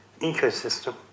ecosystem